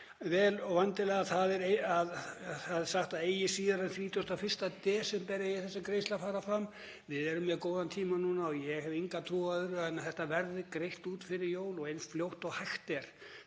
vel og vendilega, er að það er sagt að eigi síðar en 31. desember eigi þessi greiðsla að fara fram. Við erum með mjög góðan tíma núna og ég hef enga trú á öðru en að þetta verði greitt út fyrir jól og eins fljótt og hægt er